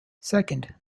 second